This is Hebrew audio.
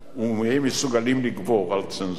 והם מסוגלים לגבור על צנזורה.